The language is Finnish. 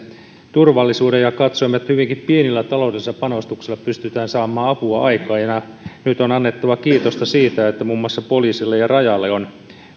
turvallisuuden ja katsoimme että hyvinkin pienillä taloudellisilla panostuksilla pystytään saamaan apua aikaan ja nyt on annettava kiitosta siitä että muun muassa poliisille ja rajalle on